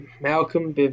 Malcolm